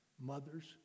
mothers